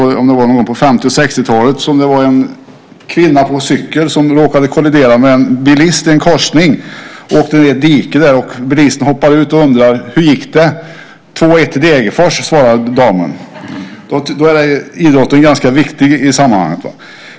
Någon gång på 50 eller 60-talet var det en kvinna på cykel som råkade kollidera med en bilist i en korsning och åkte ned i diket. Bilisten hoppade ur bilen och undrade hur det gick. 2-1 till Degerfors, svarade damen. Då är idrotten ganska viktig i sammanhanget.